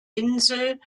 insel